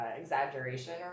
exaggeration